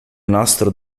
nastro